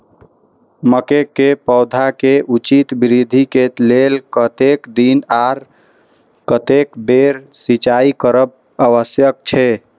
मके के पौधा के उचित वृद्धि के लेल कतेक दिन आर कतेक बेर सिंचाई करब आवश्यक छे?